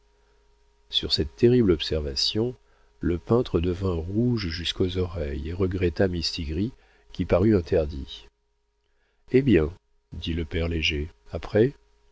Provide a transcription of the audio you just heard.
sur cette terrible observation le peintre devint rouge jusqu'aux oreilles et regarda mistigris qui parut interdit eh bien dit le père léger après